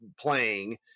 playing